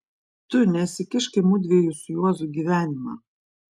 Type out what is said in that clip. tu nesikišk į mudviejų su juozu gyvenimą